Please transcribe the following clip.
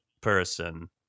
person